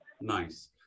Nice